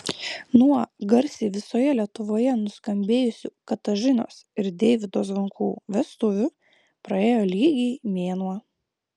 nuo garsiai visoje lietuvoje nuskambėjusių katažinos ir deivydo zvonkų vestuvių praėjo lygiai mėnuo